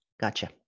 gotcha